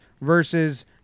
versus